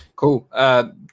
Cool